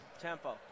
tempo